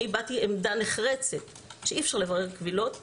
אני הבעתי עמדה נחרצת שאי אפשר לברר קבילות